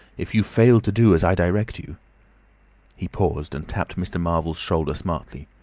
if you fail to do as i direct you he paused and tapped mr. marvel's shoulder smartly.